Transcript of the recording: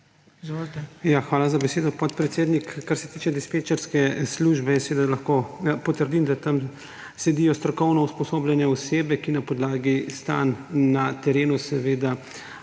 Hvala za besedo, podpredsednik. Kar se tiče dispečerske službe, seveda lahko potrdim, da tam sedijo strokovno usposobljene osebe, ki na podlagi stanj na terenu seveda